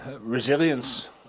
resilience